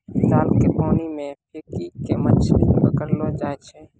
जाल के पानी मे फेकी के मछली पकड़लो जाय छै